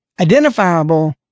identifiable